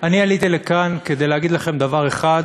אני עליתי לכאן כדי להגיד לכם דבר אחד